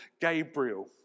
Gabriel